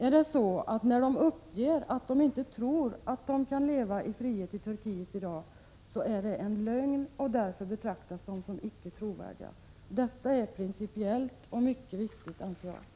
Är det så att det anses vara en lögn när de uppger att de inte tror att de kan leva i frihet i Turkiet i dag och att de därför betraktas som icke trovärdiga? Detta är principiellt och mycket viktigt, anser jag.